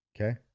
Okay